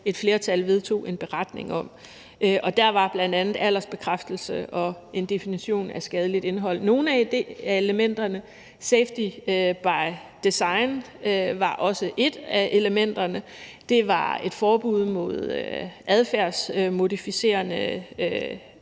et flertal vedtog en beretning om. Der var bl.a. aldersbekræftelse og en definition af skadeligt indhold nogle af elementerne. Safety by design var også et af elementerne. Et forbud mod adfærdsmodificerende